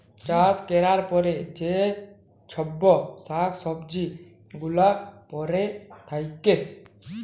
চাষ ক্যরার পরে যে চ্ছব শাক সবজি গুলা পরে থাক্যে